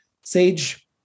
sage